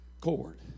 cord